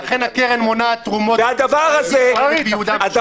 ולכן הקרן מונעת תרומות ליהודה ושומרון.